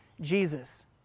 Jesus